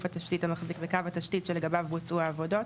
התשתית המחזיק בקו התשתית שלגביו בוצעו העבודות,